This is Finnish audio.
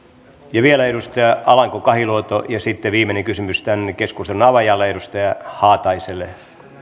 vielä edustaja alanko kahiluoto ja sitten viimeinen kysymys tämän keskustelun avaajalle edustaja haataiselle